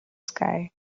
sky